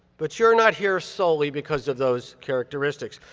but you're not here solely because of those characteristics.